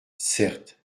certes